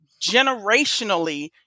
generationally